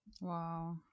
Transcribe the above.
Wow